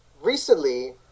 recently